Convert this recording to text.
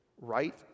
right